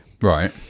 Right